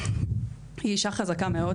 היא אישה חזקה מאוד,